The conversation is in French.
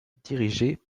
dirigé